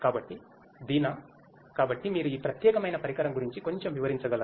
కాబట్టి దీనా కాబట్టి మీరు ఈ ప్రత్యేకమైన పరికరం గురించి కొంచెం వివరించగలరా